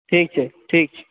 ठीक छै ठीक छै